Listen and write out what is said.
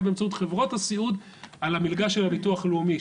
באמצעות חברות הסיעוד על המלגה של הביטוח הלאומי,